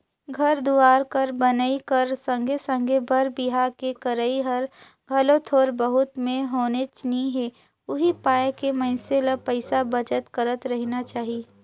घर दुवार कर बनई कर संघे संघे बर बिहा के करई हर घलो थोर बहुत में होनेच नी हे उहीं पाय के मइनसे ल पइसा बचत करत रहिना चाही